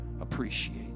appreciate